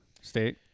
State